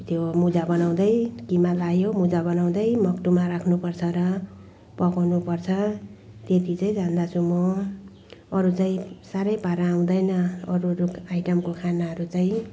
त्यो मुजा बनाउँदै किमा लायो मुजा बनाउँदै मक्टुमा राख्नुपर्छ र पकाउनुपर्छ त्यति चाहिँ जान्दछु म अरू चाहिँ साह्रै पारा आउँदैन अरू अरू आइटमको खानाहरू चाहिँ